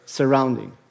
surrounding